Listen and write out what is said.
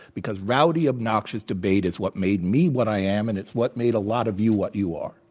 because rowdy, obnoxious debate is what made me what i am and it's what made a lot of you what you are.